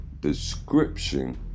description